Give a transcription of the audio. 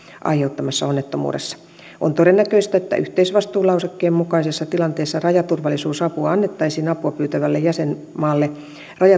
aiheuttamassa onnettomuudessa on todennäköistä että yhteisvastuulausekkeen mukaisessa tilanteessa rajaturvallisuusapua annettaisiin apua pyytävälle jäsenmaalle rajaturvallisuusvirasto frontexin